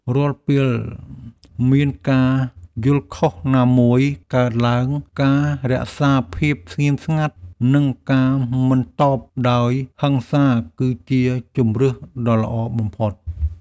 រាល់ពេលមានការយល់ខុសណាមួយកើតឡើងការរក្សាភាពស្ងៀមស្ងាត់ និងការមិនតបតដោយហិង្សាគឺជាជម្រើសដ៏ល្អបំផុត។